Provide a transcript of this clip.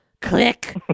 Click